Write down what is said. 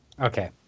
Okay